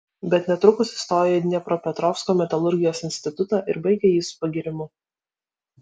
bet netrukus įstojo į dniepropetrovsko metalurgijos institutą ir baigė jį su pagyrimu